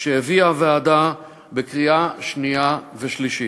שהביאה הוועדה בקריאה שנייה ושלישית.